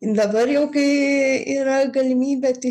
dabar jau kai yra galimybė tai